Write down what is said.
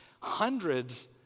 Hundreds